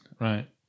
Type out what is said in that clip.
right